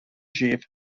chief